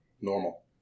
Normal